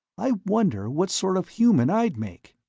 i wonder what sort of human i'd make?